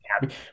happy